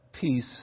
peace